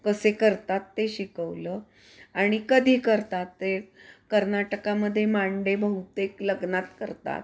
कसे करतात ते शिकवलं आणि कधी करतात ते कर्नाटकामध्ये मांडे बहुतेक लग्नात करतात